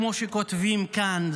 כמו שכותבים כאן,